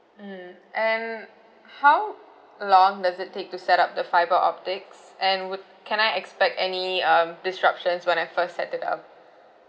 mm and how long does it take to set up the fibre optics and would can I expect any um disruptions when I first set it up